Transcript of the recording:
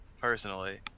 personally